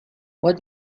what